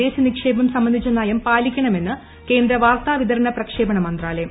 വിദേശനിക്ഷേപം സംബന്ധിച്ച നയം പാലിക്കണമെന്ന് കേന്ദ്ര വാർത്താവിതരണ പ്രക്ഷേപണ മന്ത്രാലയം